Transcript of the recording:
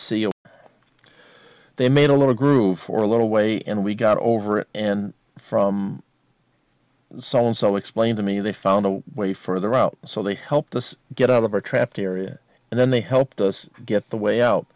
it they made a little groove for a little way and we got over it and from someone so explain to me they found a way further out so they helped us get out of our trapped area and then they helped us get the way out